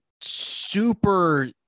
super